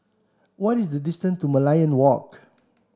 what is the distance to Merlion Walk